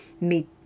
meet